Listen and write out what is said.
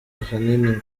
ahanini